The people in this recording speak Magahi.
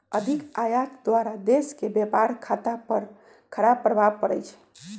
अधिक आयात द्वारा देश के व्यापार खता पर खराप प्रभाव पड़इ छइ